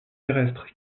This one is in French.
terrestres